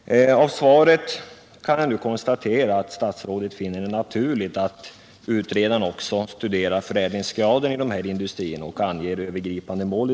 Av svaret kan jag nu konstatera att statrådet finner det naturligt att utredaren också studerar förädlingsgraden i de här industrierna och anger övergripande mål.